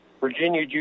Virginia